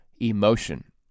emotion